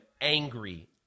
angry